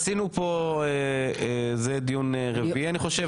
עשינו פה זה דיון רביעי אני חושב,